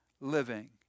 living